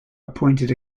appointed